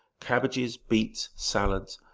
cabbages, beets, salads,